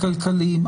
הכלכליים.